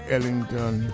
Ellington